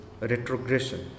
retrogression